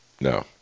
No